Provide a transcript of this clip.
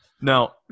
Now